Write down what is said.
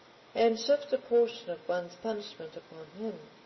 and shift a portion of one's punishment upon him.